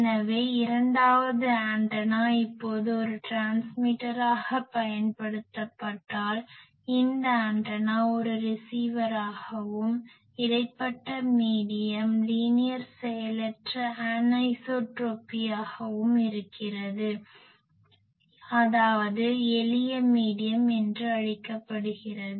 எனவே இரண்டாவது ஆண்டெனா இப்போது ஒரு டிரான்ஸ்மிட்டராக பயன்படுத்தப்பட்டால் இந்த ஆண்டனா ஒரு ரிசீவராகவும் இடைப்பட்ட மீடியம் medium ஊடகம் லீனியர் செயலற்ற ஏனைசோட்ரோபியாகவும் anisotropy அசமத்திருப்பம் இருக்கிறது அதாவது எளிய மீடியம் என்று அழைக்கப்படுகிறது